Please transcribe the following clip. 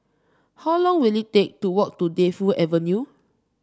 how long will it take to walk to Defu Avenue